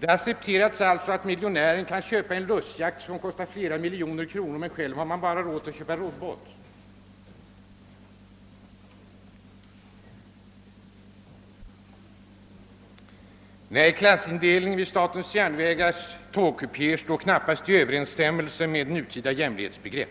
Det accepteras alltså att miljonären kan köpa en lustjakt som kostar flera miljoner kronor medan andra bara har råd att köpa en roddbåt. gar står knappast i överensstämmelse med nutida jämlikhetsbegrepp.